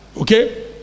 okay